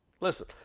Listen